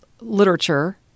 literature